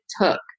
took